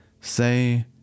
say